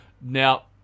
Now